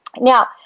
Now